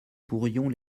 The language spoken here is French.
pourrions